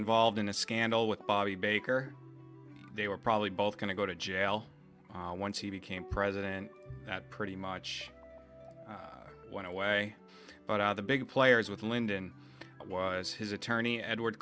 involved in a scandal with bobby baker they were probably both going to go to jail once he became president that pretty much went away but now the big players with lyndon was his attorney edward